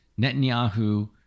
Netanyahu